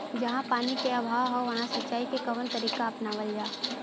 जहाँ पानी क अभाव ह वहां सिंचाई क कवन तरीका अपनावल जा?